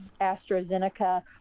AstraZeneca